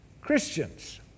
Christians